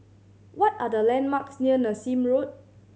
what are the landmarks near Nassim Road